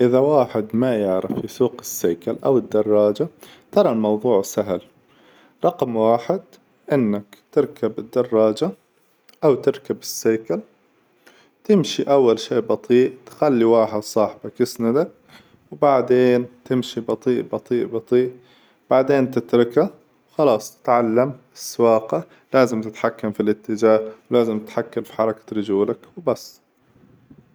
إذا واحد ما يعرف يسوق السيكل أو الدراجة، ترى الموظوع سهل، رقم واحد إنك تركب الدراجة أو تركب السيكل، تمشي أول شي بطيء تخلي واحد صاحبك يسندك، وبعدين تمشي بطيء بطيء بطيء وبعدين تتركه وخلاص، تعلم السواقة لازم تتحكم في الاتجاه لازم تتحكم في حركة رجولك وبس.